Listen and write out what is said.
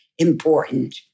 important